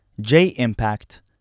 J-Impact